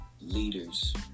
Leaders